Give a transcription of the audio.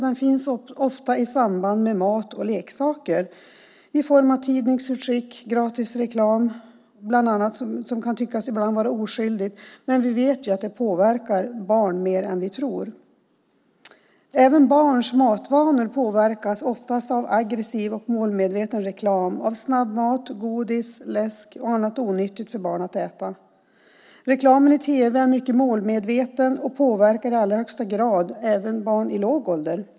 Den finns ofta i samband med mat och leksaker, då i form av tidningsutskick och gratisreklam som ibland kan tyckas oskyldig. Men vi vet att sådant påverkar barn mer än vi tror. Även barns matvanor påverkas ofta av en aggressiv och målmedveten reklam om snabbmat, godis, läsk och annat onyttigt för barn att äta. Reklamen i tv är mycket målmedveten och påverkar i allra högsta grad även barn i låga åldrar.